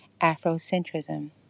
Afrocentrism